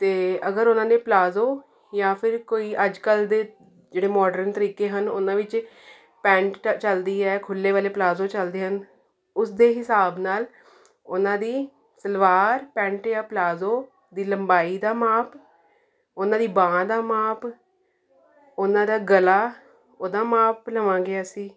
ਅਤੇ ਅਗਰ ਉਹਨਾਂ ਨੇ ਪਲਾਜ਼ੋ ਜਾਂ ਫਿਰ ਕੋਈ ਅੱਜ ਕੱਲ੍ਹ ਦੇ ਜਿਹੜੇ ਮਾਡਰਨ ਤਰੀਕੇ ਹਨ ਉਹਨਾਂ ਵਿੱਚ ਪੈਂਟ ਚੱਲਦੀ ਹੈ ਖੁੱਲ੍ਹੇ ਵਾਲੇ ਪਲਾਜ਼ੋ ਚੱਲਦੇ ਹਨ ਉਸ ਦੇ ਹਿਸਾਬ ਨਾਲ ਉਹਨਾਂ ਦੀ ਸਲਵਾਰ ਪੈਂਟ ਜਾਂ ਪਲਾਜੋ ਦੀ ਲੰਬਾਈ ਦਾ ਮਾਪ ਉਹਨਾਂ ਦੀ ਬਾਂਹ ਦਾ ਮਾਪ ਉਹਨਾਂ ਦਾ ਗਲਾ ਉਹਦਾ ਮਾਪ ਲਵਾਂਗੇ ਅਸੀਂ